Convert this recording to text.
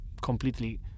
completely